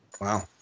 wow